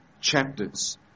chapters